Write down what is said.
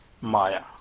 Maya